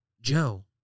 Joe